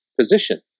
position